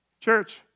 Church